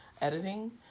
editing